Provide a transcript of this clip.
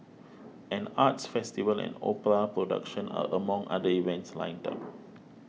an arts festival and opera production are among other events lined up